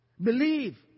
Believe